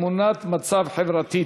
תמונת מצב חברתית,